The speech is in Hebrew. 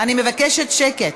אני מבקשת שקט.